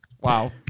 Wow